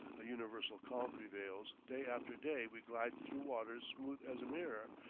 a universal calm prevails day after day we glide through waters smooth as a mirror,